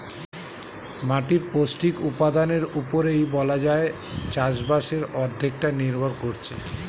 মাটির পৌষ্টিক উপাদানের উপরেই বলা যায় চাষবাসের অর্ধেকটা নির্ভর করছে